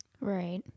Right